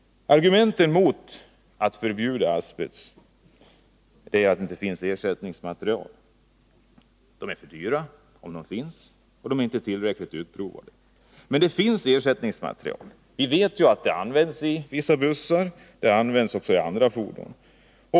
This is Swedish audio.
Argumenten mot att förbjuda asbest är att det egentligen inte finns lämpliga ersättningsmaterial, att dessa är för dyra om de finns och att de inte är tillräckligt utprovade. Men det finns ju ersättningsmaterial. Vi vet att de används i vissa bussar och andra fordon.